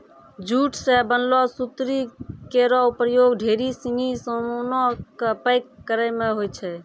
jute सें बनलो सुतरी केरो प्रयोग ढेरी सिनी सामानो क पैक करय म होय छै